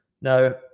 Now